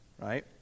right